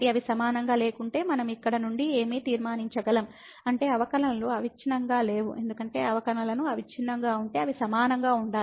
అవి సమానంగా లేకుంటే మనం ఇక్కడ నుండి ఏమి తీర్మానించగలం అంటే అవకలనలు అవిచ్ఛిన్నంగా లేవు ఎందుకంటే అవకలనలు అవిచ్ఛిన్నంగా ఉంటే అవి సమానంగా ఉండాలి